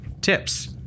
tips